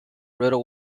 riddle